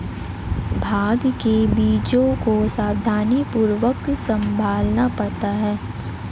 भांग के बीजों को सावधानीपूर्वक संभालना पड़ता है